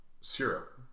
syrup